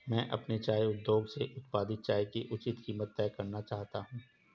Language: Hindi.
मैं अपने चाय उद्योग से उत्पादित चाय की उचित कीमत तय करना चाहता हूं